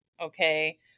Okay